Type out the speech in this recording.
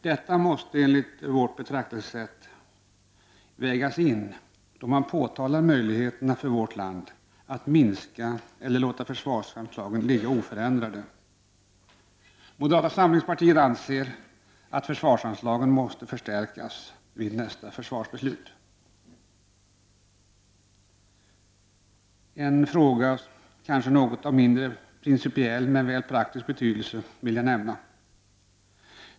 Detta måste vägas in då man diskuterar möjligheterna för vårt land att minska eller låta försvarsanslagen ligga oförändrade. Moderata samlingspartiet anser att försvarsanslagen måste förstärkas vid nästa försvarsbeslut. Jag vill nämna en fråga som kanske är av mindre principiell än praktisk betydelse.